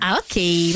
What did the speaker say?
okay